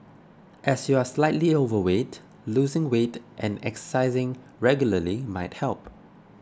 as you are slightly overweight losing weight and exercising regularly might help